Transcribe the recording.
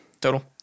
Total